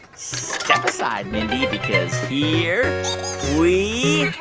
step aside, mindy, because here we.